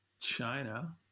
China